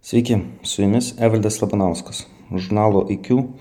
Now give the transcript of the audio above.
sveiki su jumis evaldas labanauskas žurnalo iq